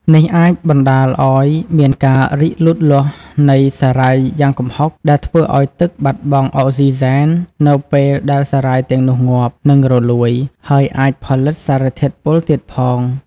នេះអាចបណ្តាលឱ្យមានការរីកលូតលាស់នៃសារាយយ៉ាងគំហុក ដែលធ្វើឱ្យទឹកបាត់បង់អុកស៊ីហ្សែននៅពេលដែលសារាយទាំងនោះងាប់ និងរលួយ ហើយអាចផលិតសារធាតុពុលទៀតផង។